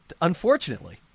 Unfortunately